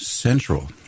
central